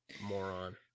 moron